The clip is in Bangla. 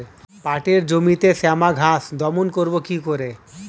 পাটের জমিতে শ্যামা ঘাস দমন করবো কি করে?